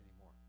anymore